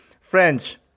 French